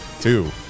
two